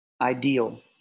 ideal